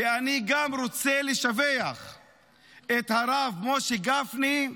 ואני גם רוצה לשבח את הרב משה גפני,